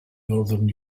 northern